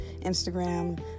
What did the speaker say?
Instagram